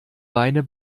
beine